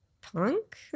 Punk